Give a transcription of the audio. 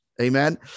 Amen